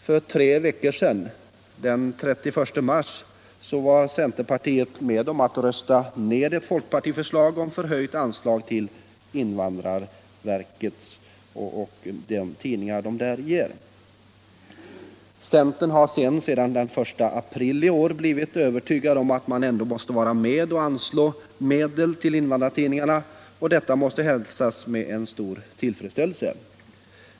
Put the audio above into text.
För tre veckor sedan, den 31 mars, var centerpartiet med om att rösta ned ett folkpartiförslag om höjt anslag till invandrarverket för stöd till invandrartidningar. Centern har sedan den 1 april i år blivit övertygad om att man ändå måste vara med och anslå medel till invandrartidningarna, och detta hälsas med stor tillfredsställelse.